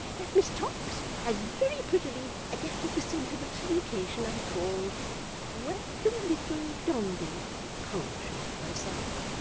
that miss tox has very prettily adapted the sentiment to the occasion. i call welcome little dombey poetry, myself